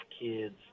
kids